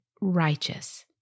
righteous